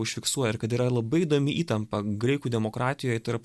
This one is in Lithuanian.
užfiksuoja ir kad yra labai įdomi įtampa graikų demokratijoj tarp